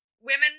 women